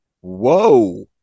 whoa